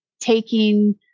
taking